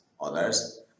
others